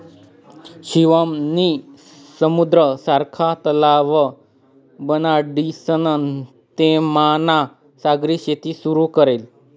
शिवम नी समुद्र सारखा तलाव बनाडीसन तेनामा सागरी शेती सुरू करेल शे